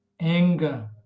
anger